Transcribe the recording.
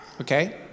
Okay